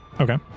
Okay